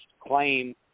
claim